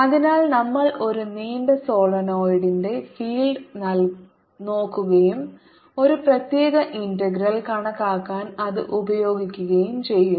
അതിനാൽ നമ്മൾ ഒരു നീണ്ട സോളിനോയിഡിന്റെ ഫീൽഡ് നോക്കുകയും ഒരു പ്രത്യേക ഇന്റഗ്രൽ കണക്കാക്കാൻ അത് ഉപയോഗിക്കുകയും ചെയ്യുന്നു